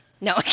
No